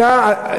תפעלו מול,